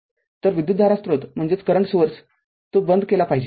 तरविद्युतधारा स्रोत तो बंद केला पाहिजे